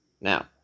Now